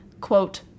quote